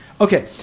Okay